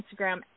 Instagram